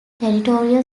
territorial